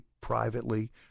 privately